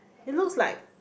it looks like